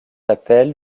appel